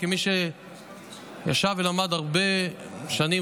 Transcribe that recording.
כמי שישב ולמד הרבה שנים,